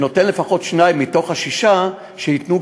ונותן לפחות שניים מתוך השישה שייתנו